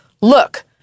Look